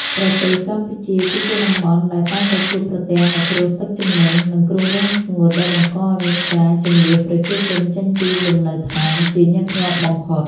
ប្រទេសកម្ពុជា គឺជាតំបន់ដែលតែងតែជួបប្រទះនូវគ្រោះទឹកជំនន់ និងគ្រោះរាំងស្ងួតដែលបង្កឱ្យមានការជម្លៀសប្រជាជនចេញពីលំនៅឋានជាញឹកញាប់បំផុត។